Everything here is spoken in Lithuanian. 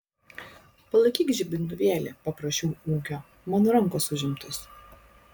palaikyk žibintuvėlį paprašiau ūkio mano rankos užimtos